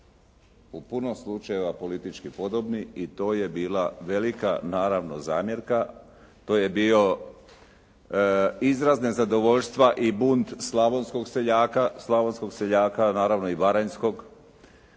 U puno slučajeva politički podobni i to je bila velika naravno zamjerka, to je bio izraz nezadovoljstva i bunt slavonskog seljaka, slavonskog seljaka a naravno i baranjskog